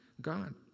God